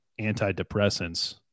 antidepressants